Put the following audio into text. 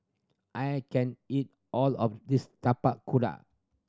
I can't eat all of this Tapak Kuda